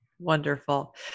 Wonderful